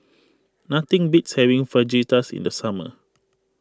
nothing beats having Fajitas in the summer